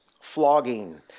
Flogging